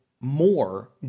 more